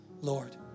Lord